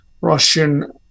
Russian